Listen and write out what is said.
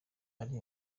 ari